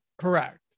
correct